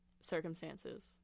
circumstances